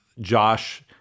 Josh